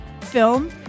film